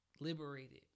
liberated